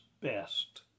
best